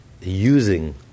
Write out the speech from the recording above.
using